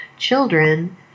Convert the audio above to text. children